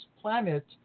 planet